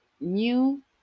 new